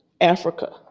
Africa